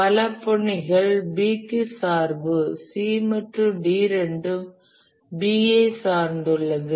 பல பணிகள் B க்கு சார்பு C மற்றும் D இரண்டும் B ஐ சார்ந்துள்ளது